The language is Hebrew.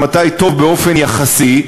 ומתי טוב באופן יחסי,